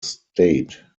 state